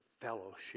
fellowship